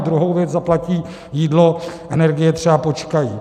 Druhou věc zaplatí jídlo, energie třeba počkají.